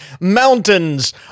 mountains